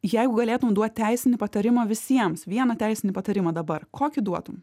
jeigu galėtum duot teisinį patarimą visiems vieną teisinį patarimą dabar kokį duotum